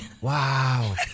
wow